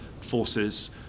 forces